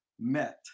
met